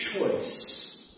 choice